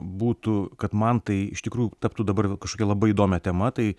būtų kad man tai iš tikrųjų taptų dabar kažkokia labai įdomia tema tai